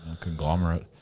conglomerate